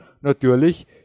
natürlich